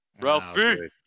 Ralphie